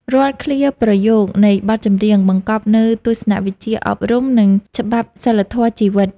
រាល់ឃ្លាប្រយោគនៃបទចម្រៀង បង្កប់នូវទស្សនវិជ្ជាអប់រំ និងច្បាប់សីលធម៌ជីវិត។